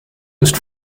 ist